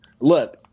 look